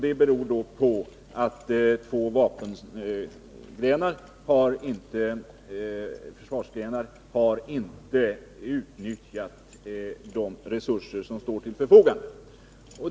Det beror på att två försvarsgrenar inte har utnyttjat de resurser som står till förfogande.